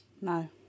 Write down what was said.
No